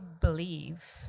believe